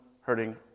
hurting